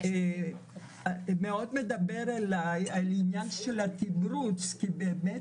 מאוד מדבר אלי העניין של התמרוץ כי באמת